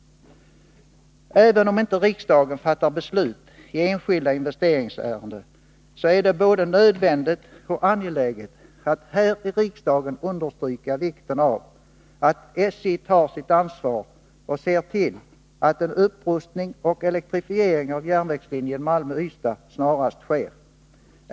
Även om inte riksdagen fattar beslut i enskilda investeringsärenden, är det både nödvändigt och angeläget att här i riksdagen understryka vikten av att SJ tar sitt ansvar och ser till att en upprustning och elektrifiering av järnvägslinjen Malmö-Ystad snarast sker.